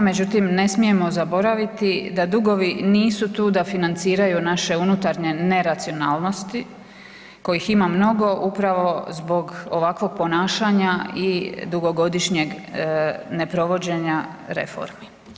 Međutim, ne smijemo zaboraviti da dugovi nisu tu da financiraju naše unutarnje ne racionalnosti kojih ima mnogo upravo zbog ovakvog ponašanja i dugogodišnjeg ne provođenja reformi.